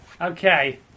Okay